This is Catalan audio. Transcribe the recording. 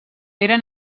era